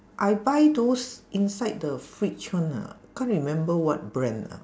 I buy those inside the fridge one lah can't remember what brand ah